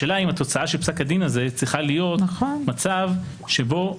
השאלה אם התוצאה של פסק הדין הזה צריכה להיות מצב שבו שרים,